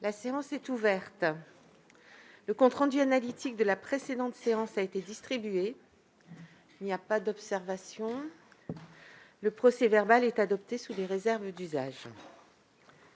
La séance est ouverte. Le compte rendu analytique de la précédente séance a été distribué. Il n'y a pas d'observation ?... Le procès-verbal est adopté sous les réserves d'usage.